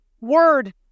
word